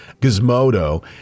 Gizmodo